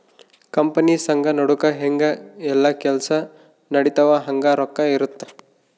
company ಸಂಘ ನಡುಕ ಹೆಂಗ ಯೆಲ್ಲ ಕೆಲ್ಸ ನಡಿತವ ಹಂಗ ರೊಕ್ಕ ಇರುತ್ತ